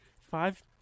Five